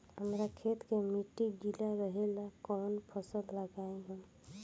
हमरा खेत के मिट्टी गीला रहेला कवन फसल लगाई हम?